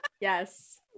yes